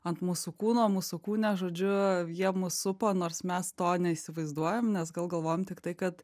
ant mūsų kūno mūsų kūne žodžiu jie mus supa nors mes to neįsivaizduojam nes gal galvojam tiktai kad